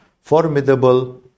formidable